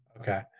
Okay